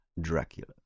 Dracula